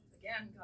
again